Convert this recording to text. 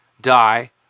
die